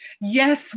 Yes